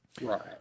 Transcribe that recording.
Right